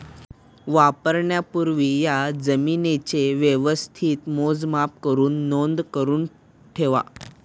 वापरण्यापूर्वी या जमीनेचे व्यवस्थित मोजमाप करुन नोंद करुन ठेवा